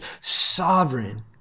sovereign